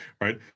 right